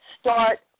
start